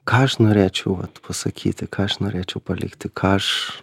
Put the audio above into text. ką aš norėčiau pasakyti ką aš norėčiau palikti ką aš